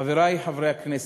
חברי חברי הכנסת,